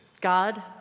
God